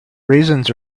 raisins